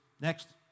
Next